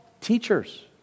teachers